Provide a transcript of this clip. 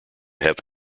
have